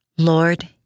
Lord